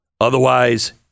Otherwise